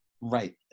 Right